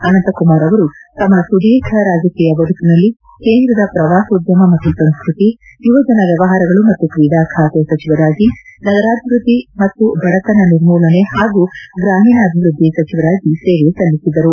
ಅನಂತಕುಮಾರ್ ಅವರು ತಮ್ನ ಸುದೀರ್ಘ ರಾಜಕೀಯ ಬದುಕಿನಲ್ಲಿ ಕೇಂದ್ರದ ಪ್ರವಾಸೋದ್ಲಮ ಮತ್ತು ಸಂಸ್ಕೃತಿ ಯುವಜನ ವ್ಯವಹಾರಗಳು ಮತ್ತು ಕ್ರೀಡಾ ಖಾತೆ ಸಚಿವರಾಗಿ ನಗರಾಭಿವೃದ್ದಿ ಮತ್ತು ಬಡತನ ನಿರ್ಮೂಲನೆ ಹಾಗೂ ಗ್ರಾಮೀಣಾಭಿವೃದ್ದಿ ಸಚಿವರಾಗಿ ಸೇವೆ ಸಲ್ಲಿಸಿದ್ದರು